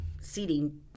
seating